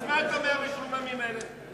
אז מה אתה אומר המשועממים האלה?